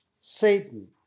Satan